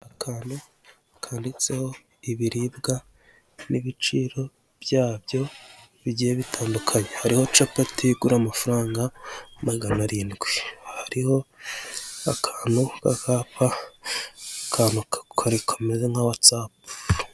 Akantu kandiditseho ibiribwa n'ibiciro byabyo bigiye bitandukanye hariho capati igura amafaranga magana arindwi, hariho akantu k'akapa akantu kameze nka watsapu.